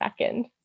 second